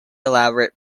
elaborate